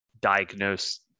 diagnose